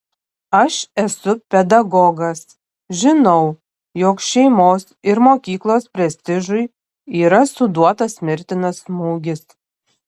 aš esu pedagogas žinau jog šeimos ir mokyklos prestižui yra suduotas mirtinas smūgis